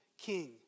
King